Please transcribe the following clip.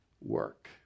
work